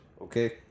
okay